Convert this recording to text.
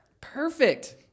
Perfect